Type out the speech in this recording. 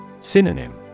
Synonym